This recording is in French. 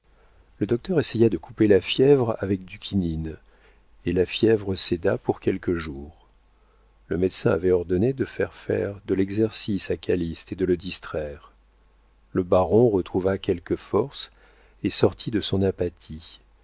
le docteur essaya de couper la fièvre avec du quinine et la fièvre céda pour quelques jours le médecin avait ordonné de faire faire de l'exercice à calyste et de le distraire le baron retrouva quelque force et sortit de son apathie